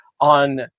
on